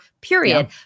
period